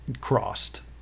crossed